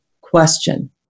question